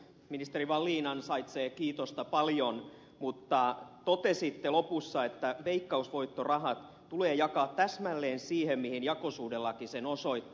ministeri wallin ansaitsee kiitosta paljon mutta totesitte lopussa että veikkausvoittorahat tulee jakaa täsmälleen siihen mihin jakosuhdelaki ne osoittaa